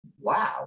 wow